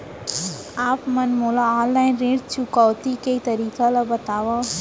आप मन मोला ऑनलाइन ऋण चुकौती के तरीका ल बतावव?